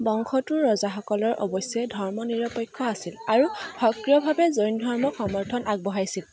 বংশটোৰ ৰজাসকলৰ অৱশ্যে ধৰ্ম নিৰপেক্ষ আছিল আৰু সক্ৰিয়ভাৱে জৈন ধৰ্মক সমৰ্থন আগবঢ়াইছিল